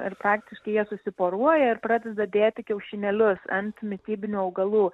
ir praktiškai jie susiporuoja ir pradeda dėti kiaušinėlius ant mitybinių augalų